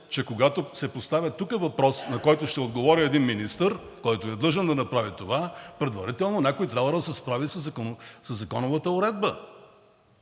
че когато се поставя тук въпрос, на който ще отговори един министър, който е длъжен да направи това, предварително някой трябва да се справи със законовата уредба.